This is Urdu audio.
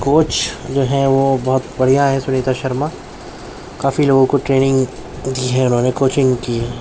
کوچ جو ہیں وہ بہت بڑھیا ہے سنیتا شرما کافی لوگوں کو ٹریننگ دی ہے انہوں نے کوچنگ کی